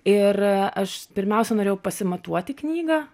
ir aš pirmiausia norėjau pasimatuoti knygą